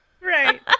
Right